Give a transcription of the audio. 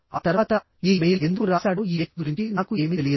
ఆ తర్వాత ఈ ఇమెయిల్ ఎందుకు రాశాడో ఈ వ్యక్తి గురించి నాకు ఏమీ తెలియదు